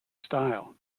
style